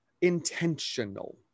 intentional